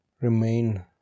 remain